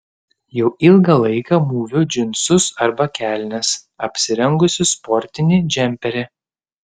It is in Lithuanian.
jau ilgą laiką mūviu džinsus arba kelnes apsirengusi sportinį džemperį